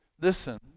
Listen